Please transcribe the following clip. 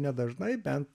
nedažnai bent